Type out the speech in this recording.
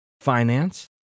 finance